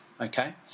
okay